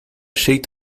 schickt